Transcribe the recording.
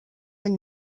any